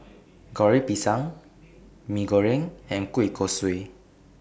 Goreng Pisang Mee Goreng and Kueh Kosui